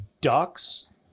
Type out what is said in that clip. ducks